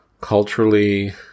culturally